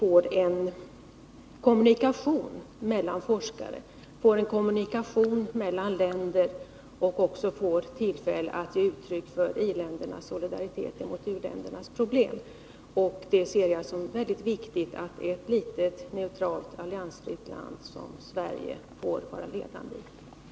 årligen importeras till en merkostnad av 40-50 milj.kr. i förhållande till normala virkespriser. 1. Har industriministern möjlighet att åstadkomma en ändring i industridepartementets beslut den 12 juni 1980 så att amorteringskravet lindras? 2. Vill industriministern medverka till att ASSI i Karlsborg får större del av sitt råvarubehov tillgodosett från domänverket och därigenom bättre konkurrenskraft?